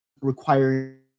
require